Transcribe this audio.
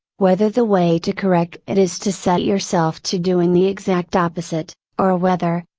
whether the way to correct it is to set yourself to doing the exact opposite, or ah whether,